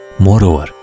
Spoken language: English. Moreover